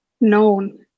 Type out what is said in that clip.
known